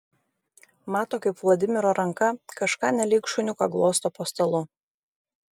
mato kaip vladimiro ranka kažką nelyg šuniuką glosto po stalu